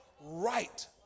right